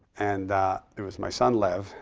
and it was my son lev.